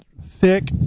thick